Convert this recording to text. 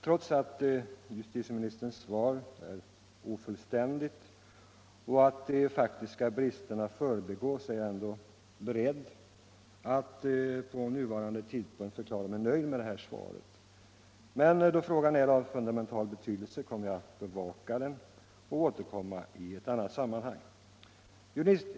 Trots att justitieministerns svar är ofullständigt och trots — kriminalvården att de faktiska bristerna förbigås är jag ändå beredd att vid nuvarande tidpunkt förklara mig nöjd med svaret. Men då frågan är av fundamental betydelse kommer jag att bevaka den och återkomma i annat sammanhang.